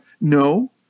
no